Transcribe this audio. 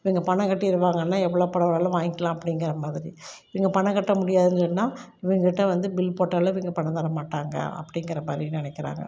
இவங்க பணம் கட்டிருவாங்கன்னா எவ்வளோ பணம் வேணுனாலும் வாங்கிக்கலாம் அப்படிங்கிற மாதிரி இவங்க பணம் கட்ட முடியாதுன்னு சொன்னால் இவங்க கிட்டே வந்து பில் போட்டாலும் இவங்க பணம் தர மாட்டாங்க அப்படிங்கிற மாதிரி நினைக்கறாங்க